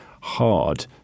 hard